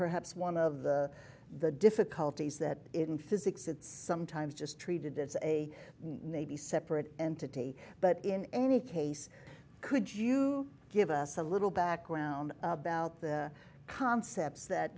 perhaps one of the the difficulties that in physics it's sometimes just treated as a navy separate entity but in any case could you give us a little background about the concepts that